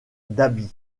dabi